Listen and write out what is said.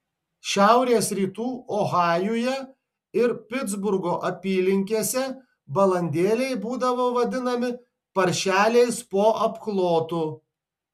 šiaurės rytų ohajuje ir pitsburgo apylinkėse balandėliai būdavo vadinami paršeliais po apklotu